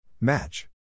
Match